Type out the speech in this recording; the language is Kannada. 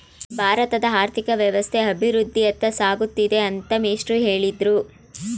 ಭಾರತದ ಆರ್ಥಿಕ ವ್ಯವಸ್ಥೆ ಅಭಿವೃದ್ಧಿಯತ್ತ ಸಾಗುತ್ತಿದೆ ಅಂತ ಮೇಷ್ಟ್ರು ಹೇಳಿದ್ರು